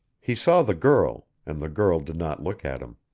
he saw the girl, and the girl did not look at him.